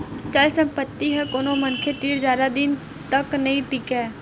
चल संपत्ति ह कोनो मनखे तीर जादा दिन तक नइ टीकय